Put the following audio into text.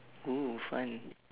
oo fun